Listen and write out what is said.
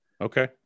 Okay